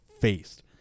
faced